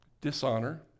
dishonor